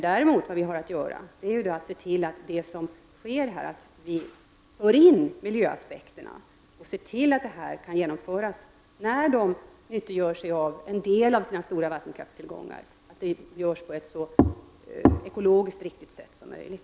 Däremot skall vi se till att här föra in miljöaspekterna och medverka till att tillgodogörandet av en del av landets stora vattenkraftstillgångar sker på ett ekologiskt så riktigt sätt som möjligt.